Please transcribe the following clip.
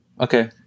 Okay